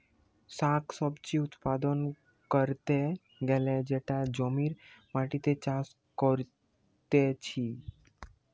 শাক সবজি উৎপাদন ক্যরতে গ্যালে সেটা জমির মাটিতে চাষ করতিছে